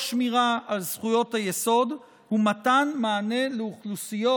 תוך שמירה על זכויות היסוד ומתן מענה לאוכלוסיות